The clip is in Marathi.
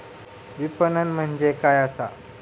विपणन म्हणजे काय असा?